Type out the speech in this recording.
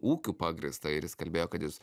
ūkiu pagrįstą ir jis kalbėjo kad jis